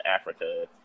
Africa